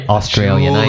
Australian